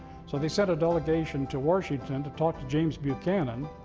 so they sent a delegation to washington to talk to james buchanan,